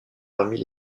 parmi